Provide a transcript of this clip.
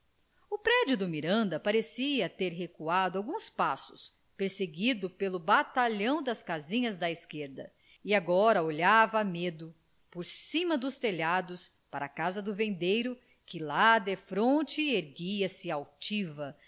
o prédio do miranda parecia ter recuado alguns passos perseguido pelo batalhão das casinhas da esquerda e agora olhava a medo por cima dos telhados para a casa do vendeiro que lá defronte erguia-se altiva